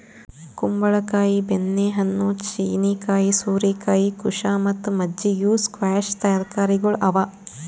ಕುಂಬಳ ಕಾಯಿ, ಬೆಣ್ಣೆ ಹಣ್ಣು, ಚೀನೀಕಾಯಿ, ಸೋರೆಕಾಯಿ, ಕುಶಾ ಮತ್ತ ಮಜ್ಜಿ ಇವು ಸ್ಕ್ವ್ಯಾಷ್ ತರಕಾರಿಗೊಳ್ ಅವಾ